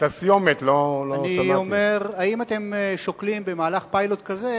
האם אתם שוקלים, במהלך פיילוט כזה,